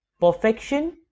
perfection